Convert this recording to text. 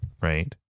right